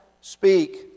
Speak